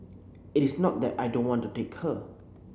it is not that I don't want to take her